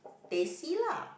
Teh C lah